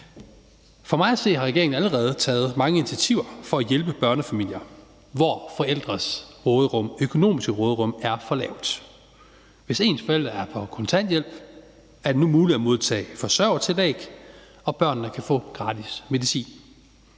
For mig at se har regeringen allerede taget mange initiativer for at hjælpe børnefamilier, hvor forældrenes økonomiske råderum er for lavt. Hvis ens forældre er på kontanthjælp, er det nu muligt at modtage forsørgertillæg, og børnene kan få gratis medicin.